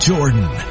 Jordan